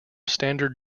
standard